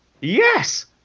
yes